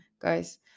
guys